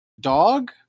dog